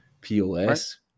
POS